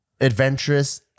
adventurous